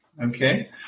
Okay